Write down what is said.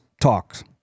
talks